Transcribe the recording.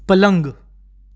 પલંગ